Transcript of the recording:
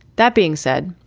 that being said,